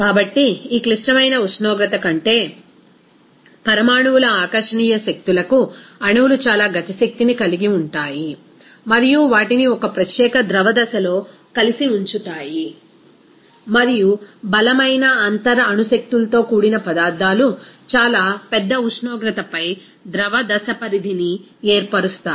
కాబట్టి ఈ క్లిష్టమైన ఉష్ణోగ్రత కంటే పరమాణువుల ఆకర్షణీయ శక్తులకు అణువులు చాలా గతిశక్తిని కలిగి ఉంటాయి మరియు వాటిని ఒక ప్రత్యేక ద్రవ దశలో కలిసి ఉంచుతాయి మరియు బలమైన అంతర అణు శక్తులతో కూడిన పదార్థాలు చాలా పెద్ద ఉష్ణోగ్రతపై ద్రవ దశ పరిధిని ఏర్పరుస్తాయి